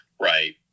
Right